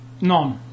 none